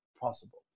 possible